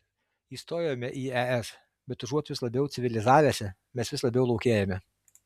įstojome į es bet užuot vis labiau civilizavęsi mes vis labiau laukėjame